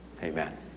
amen